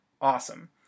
awesome